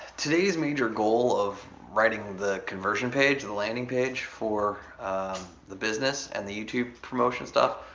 today's major goal of writing the conversion page, the landing page for the business and the youtube promotion stuff,